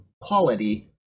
quality